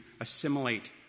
assimilate